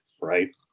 right